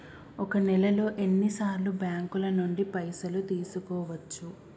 ఒక నెలలో ఎన్ని సార్లు బ్యాంకుల నుండి పైసలు తీసుకోవచ్చు?